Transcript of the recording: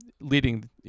leading